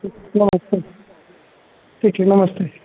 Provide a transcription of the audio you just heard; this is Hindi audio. नमस्ते ठीक है नमस्ते